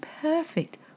perfect